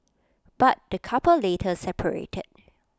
but the couple later separated